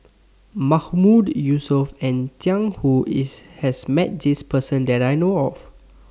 Mahmood Yusof and Jiang Hu IS has Met This Person that I know of